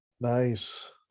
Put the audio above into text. nice